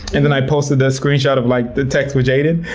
and then i posted the screenshot of like the text with jaden,